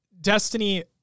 destiny